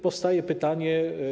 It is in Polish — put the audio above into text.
Powstaje pytanie.